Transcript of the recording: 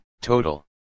Total